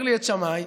שמאי,